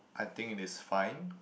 I think it is fine